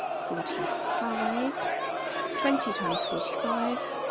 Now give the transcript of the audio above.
forty five twenty times forty five